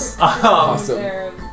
Awesome